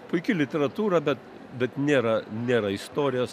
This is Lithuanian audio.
puiki literatūra bet bet nėra nėra istorijos